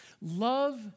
Love